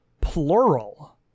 Plural